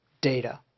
data